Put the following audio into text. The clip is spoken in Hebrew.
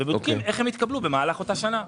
ובודקים איך הן התקבלו במהלך אותה שנה.